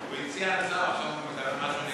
הוא הציע הצעה, אז עכשיו הוא מדבר משהו נגדי?